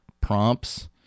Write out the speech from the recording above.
prompts